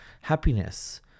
happiness